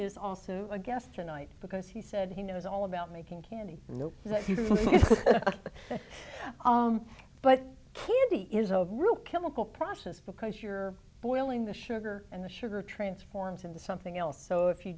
is also a guest tonight because he said he knows all about making candy that you feel but candy is a real chemical process because you're boiling the sugar and the sugar transforms into something else so if you